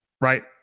right